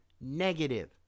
negative